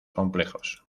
complejos